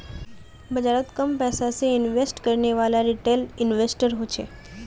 बाजारोत कम पैसा से इन्वेस्ट करनेवाला रिटेल इन्वेस्टर होछे